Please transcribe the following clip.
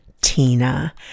Tina